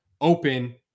open